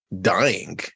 dying